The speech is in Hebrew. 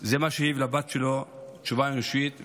הוא השיב לבת שלו תשובה אנושית,